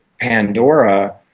Pandora